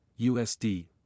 USD